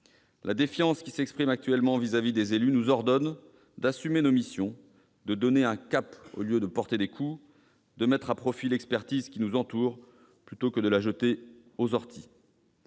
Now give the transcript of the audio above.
La défiance qui s'exprime actuellement envers les élus nous ordonne d'assumer nos missions, de donner un cap au lieu de porter des coups, de mettre à profit l'expertise qui nous entoure plutôt que de la jeter aux orties.